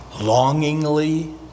Longingly